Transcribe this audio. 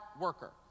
worker